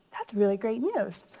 that's really great news.